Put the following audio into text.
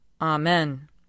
Amen